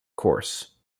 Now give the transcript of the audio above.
course